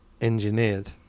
engineered